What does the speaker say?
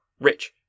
rich